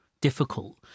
difficult